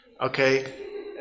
Okay